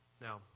Now